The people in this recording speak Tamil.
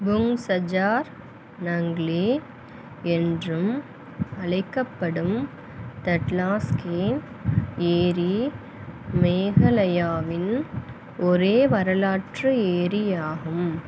புங் சஜார் நங்லி என்றும் அழைக்கப்படும் தட்லாஸ்கீன் ஏரி மேகாலயாவின் ஒரே வரலாற்று ஏரியாகும்